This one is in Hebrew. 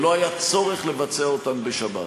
ולא היה צורך לבצע אותן בשבת.